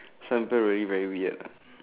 some people really very weird lah